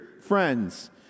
friends